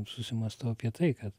susimąstau apie tai kad